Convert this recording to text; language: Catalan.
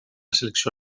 selecció